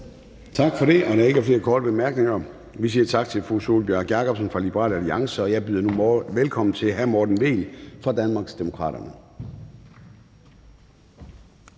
Tak for det. Da der ikke er flere korte bemærkninger, siger vi tak til fru Sólbjørg Jakobsen fra Liberal Alliance. Jeg byder nu velkommen til hr. Morten Vehl fra Danmarksdemokraterne.